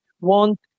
want